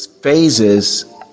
phases